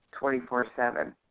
24-7